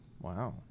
Wow